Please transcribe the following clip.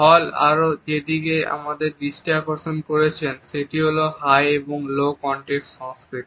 হল আরো যেদিকে আমাদের দৃষ্টি আকর্ষণ করেছেন সেটি হল হাই এবং লো কনটেক্সট সংস্কৃতি